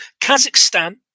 Kazakhstan